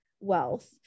wealth